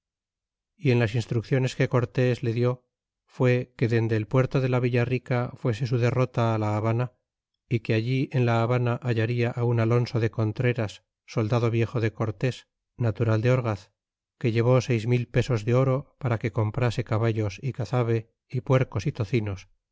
y en las instrucciones que cortés le di fué que dende el puerto de la villa rica fuese su derrota la habana y que allí en la habana hallaria un alonso de contreras soldado viejo de cortés natural de orgaz que llevó seis mil pesos de oro para que comprase caballos y cazabe é puercos y tocinos